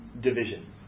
Division